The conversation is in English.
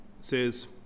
says